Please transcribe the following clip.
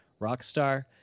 Rockstar